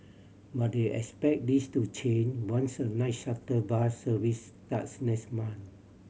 but they expect this to change once a night shuttle bus service starts next month